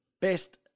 Best